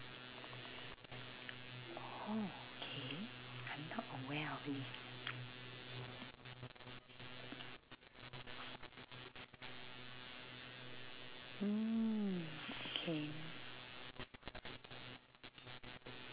oh okay I'm not aware of this